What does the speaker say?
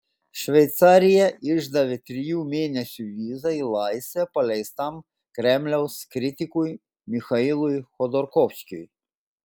šveicarija išdavė trijų mėnesių vizą į laisvę paleistam kremliaus kritikui michailui chodorkovskiui